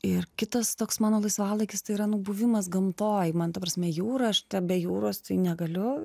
ir kitas toks mano laisvalaikis tai yra nu buvimas gamtoj man ta prasme jūra aš be jūros tai negaliu